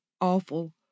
awful